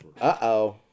Uh-oh